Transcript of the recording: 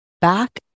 back